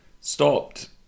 stopped